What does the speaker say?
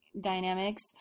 Dynamics